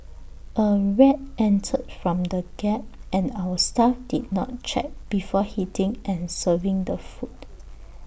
A rat entered from the gap and our staff did not check before heating and serving the food